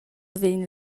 vegn